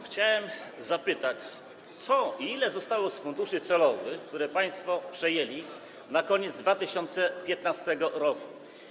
Chciałem zapytać: Co zostało z funduszy celowych, które państwo przejęli na koniec 2015 r.